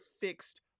fixed